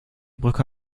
brücke